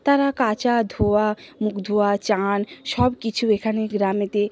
তারা কাচা ধোয়া মুখ ধোয়া চান সব কিছু এখানে গ্রামেতে